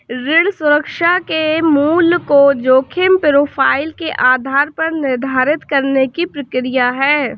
ऋण सुरक्षा के मूल्य को जोखिम प्रोफ़ाइल के आधार पर निर्धारित करने की प्रक्रिया है